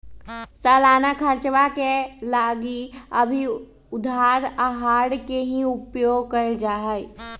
सालाना खर्चवा के लगी भी उधार आहर के ही उपयोग कइल जाहई